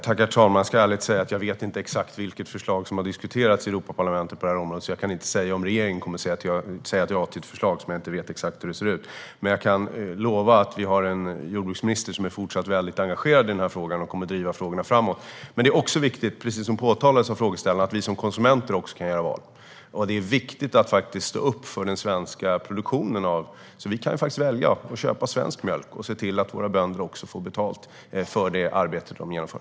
Herr talman! Jag ska ärligt säga att jag inte vet exakt vilket förslag på det här området som har diskuterats i EU-parlamentet. Jag kan alltså inte säga om regeringen kommer att säga ja till ett förslag som jag inte vet exakt hur det ser ut, men jag kan lova att vi har en jordbruksminister som fortsatt är väldigt engagerad i frågan och kommer att driva den framåt. Precis som frågeställaren är inne på är det också viktigt att framhålla att vi som konsumenter kan göra val. Det är viktigt att stå upp för den svenska produktionen, och vi kan faktiskt välja att köpa svensk mjölk och se till att våra bönder får betalt för det arbete de utför.